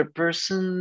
person